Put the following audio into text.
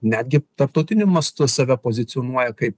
netgi tarptautiniu mastu save pozicionuoja kaip